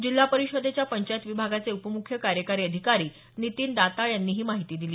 जिल्हा परिषदेच्या पंचायत विभागाचे उपमुख्य कार्यकारी अधिकारी नितीन दाताळ यांनी ही माहिती दिली